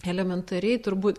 elementariai turbūt